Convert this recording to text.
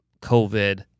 COVID